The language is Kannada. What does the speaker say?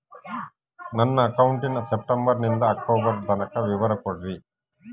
ನನ್ನ ಅಕೌಂಟಿನ ಸೆಪ್ಟೆಂಬರನಿಂದ ಅಕ್ಟೋಬರ್ ತನಕ ವಿವರ ಕೊಡ್ರಿ?